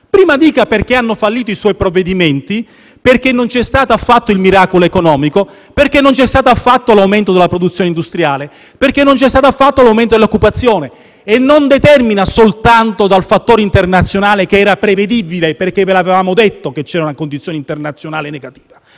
Prima dica perché hanno fallito i suoi provvedimenti, perché non c'è stato affatto il miracolo economico, non c'è stato affatto l'aumento della produzione industriale, non c'è stato affatto l'aumento dell'occupazione. Ciò non è determinato soltanto dal fattore internazionale, che era prevedibile, perché ve l'avevamo detto che c'era una condizione internazionale negativa,